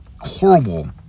horrible